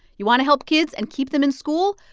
you want to help kids and keep them in school?